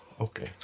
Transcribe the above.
Okay